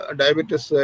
diabetes